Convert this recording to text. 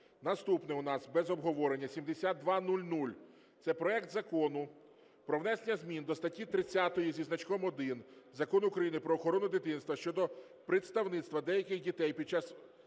Наступне у нас без обговорення 7200. Це проект Закону про внесення змін до статті 30-1 Закону України "Про охорону дитинства" щодо представництва деяких дітей під час ведення